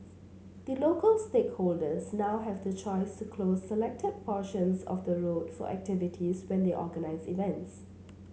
the local stakeholders now have the choice to close selected portions of the road for activities when they organise events